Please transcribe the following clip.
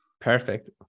Perfect